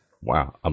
Wow